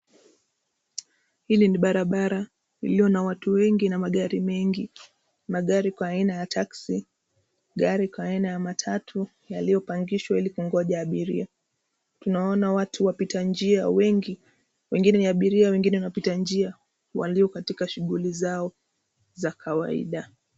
Hili ni barabara lilio na watu wengi na magari mengi, magari kwa aina ya taksi, gari kwa aina ya matatu, yaliopangishwa ilikunjoga maabiria. Tunaona watu wapitangia wengi, wengine ni maabiria, wengine ni wapita njia walio katika shuguli zao za kawaida.